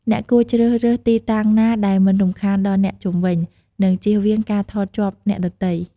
អ្នកគួរជ្រើសរើសទីតាំងណាដែលមិនរំខានដល់អ្នកជុំវិញ និង ជៀសវាងការថតជាប់អ្នកដទៃ។